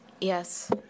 Yes